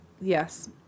Yes